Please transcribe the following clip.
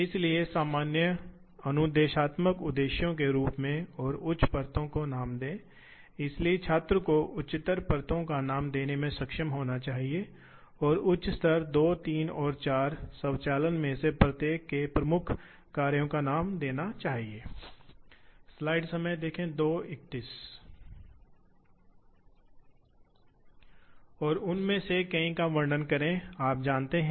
इसलिए बाद में जब हम ड्राइव तकनीक का अध्ययन करते हैं तो हम इसका उल्लेख कर सकते हैं और हम यह देख सकते हैं कि इन ड्राइवों को वास्तव में विद्युत मशीनों पावर इलेक्ट्रॉनिक्स और नियंत्रणों का उपयोग करके कैसे महसूस किया जाता है